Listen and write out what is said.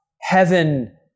heaven